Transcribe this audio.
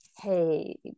hey